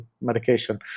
medication